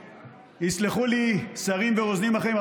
ויסלחו לי שרים ורוזנים אחרים,